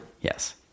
Yes